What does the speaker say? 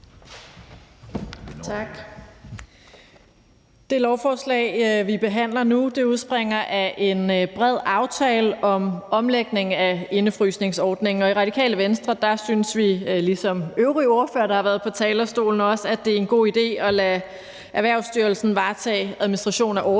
Tak. Det lovforslag, vi behandler nu, udspringer af en bred aftale om omlægning af indefrysningsordningen, og i Radikale Venstre synes vi ligesom de øvrige ordførere, der har været på talerstolen, også, at det er en god idé at lade Erhvervsstyrelsen varetage administrationen af ordningen,